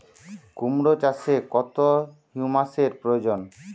কুড়মো চাষে কত হিউমাসের প্রয়োজন?